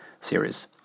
series